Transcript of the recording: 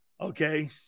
Okay